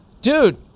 dude